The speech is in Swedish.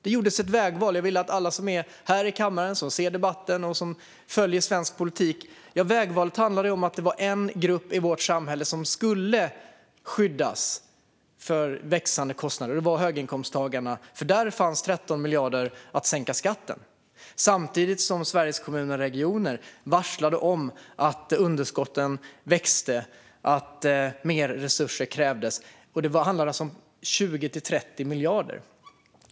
Jag vill till alla som är här i kammaren, alla som ser debatten och alla som följer svensk politik säga att vägvalet handlade om att det var en grupp i vårt samhälle som skulle skyddas mot växande kostnader, och det var höginkomsttagarna. Då fanns det 13 miljarder för att sänka skatten för dem. Samtidigt varslade Sveriges kommuner och regioner om att underskotten växte och att mer resurser krävdes. Det handlade alltså om 20-30 miljarder.